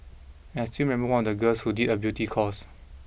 and I still remember one of the girls who did a beauty course